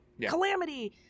calamity